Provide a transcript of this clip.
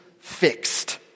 fixed